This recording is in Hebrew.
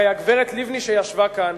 הרי הגברת לבני שישבה כאן,